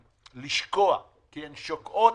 לשקוע כי הן שוקעות